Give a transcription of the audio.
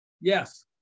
yes